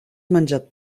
menjat